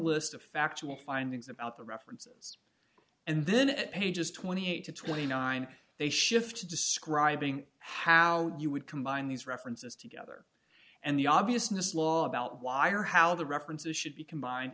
list of factual findings about the references and then at pages twenty eight to twenty nine they shift to describing how you would combine these references together and the obviousness law about why or how the references should be combined